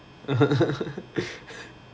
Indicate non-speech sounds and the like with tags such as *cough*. *laughs*